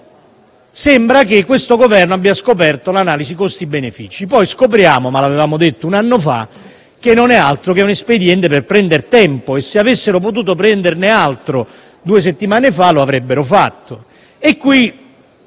Sembra che questo Governo abbia scoperto l'analisi costi-benefici. Poi scopriamo - ma lo avevamo detto un anno fa - che non è altro che un espediente per prendere tempo e se avessero potuto prenderne altro due settimane fa, lo avrebbero fatto.